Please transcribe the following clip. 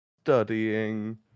studying